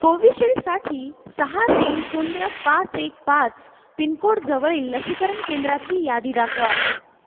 कोविशिल्डसाठी सहा तीन शून्य पाच एक पाच पिनकोडजवळील लसीकरण केंद्रांची यादी दाखवा